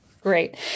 Great